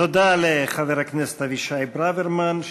תודה לחבר הכנסת אבישי ברוורמן,